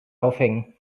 aufhängen